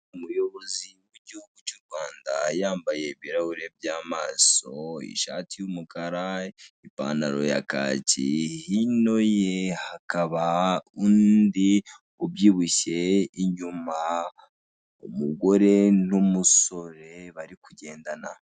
Umuyobozi w'igihugu cy'u Rwanda yambaye ibirahure by'amaso, ishati y'umukara, ipantalo ya kaki, hino ye hakaba undi ubyibushye inyuma umugore n'umusore barikugendana.